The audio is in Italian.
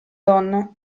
donna